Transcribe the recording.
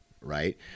Right